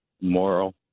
moral